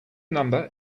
number